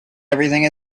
everything